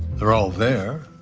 they're all there.